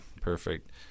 perfect